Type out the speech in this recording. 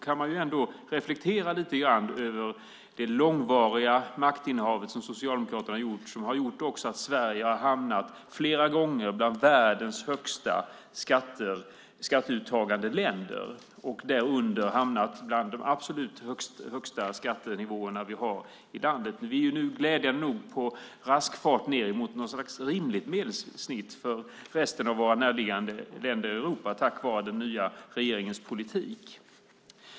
Man kan ändå reflektera lite grann över det långvariga maktinnehavet som Socialdemokraterna har haft som gjort att Sverige fler gånger hamnat bland de länder som har världens högsta skatteuttag. Vårt land har haft de absolut högsta skattenivåerna. Vi är glädjande nog i rask fart på väg ned mot något slags rimligt medelsnitt för resten av våra närliggande länder i Europa tack vare den nya regeringens politik.